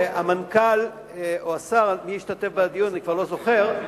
המנכ"ל או השר, מי השתתף בדיון אני כבר לא זוכר,